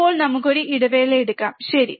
ഇപ്പോൾ നമുക്ക് ഒരു ഇടവേള എടുക്കാംശരി